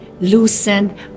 loosened